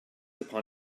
upon